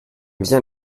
bien